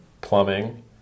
plumbing